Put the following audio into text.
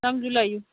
ꯅꯪꯁꯨ ꯂꯩꯎ